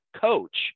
coach